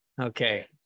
Okay